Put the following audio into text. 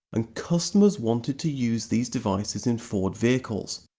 and customers wanted to use these devices in ford vehicles.